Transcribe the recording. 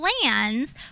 plans